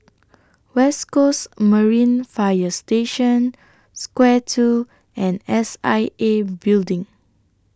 West Coast Marine Fire Station Square two and S I A Building